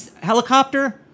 helicopter